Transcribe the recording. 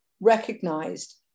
recognized